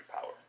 power